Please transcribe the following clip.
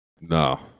No